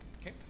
Okay